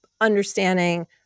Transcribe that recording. understanding